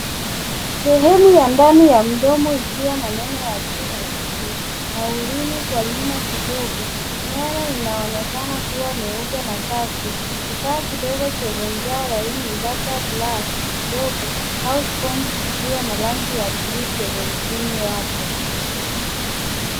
Sehemu ya ndani ya mdomo ikiwa na meno ya juu na chini na ulimi kwa nyuma kidogo. Meno inaonekana kuwa meupe na safi. Kifaa kidogo chenye ncha laini labda brashi ndogo au sponge kikiwa na rangi ya bluu kwenye mpini wake.